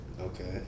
Okay